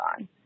on